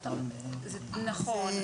נכון,